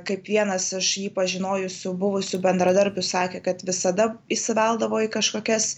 kaip vienas iš jį pažinojusių buvusių bendradarbių sakė kad visada įsiveldavo į kažkokias